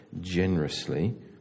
generously